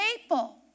people